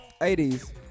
80s